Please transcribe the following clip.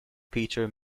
peter